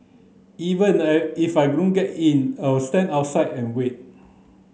even I if I don't get in I'll stand outside and wait